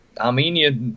Armenia